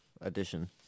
edition